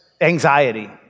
anxiety